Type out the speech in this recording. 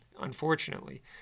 unfortunately